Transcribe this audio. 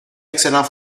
excellent